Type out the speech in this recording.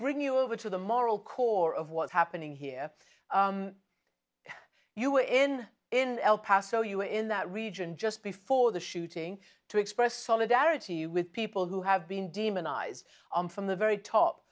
bring you over to the moral core of what's happening here you were in in el paso you were in that region just before the shooting to express solidarity with people who have been demonized on from the very top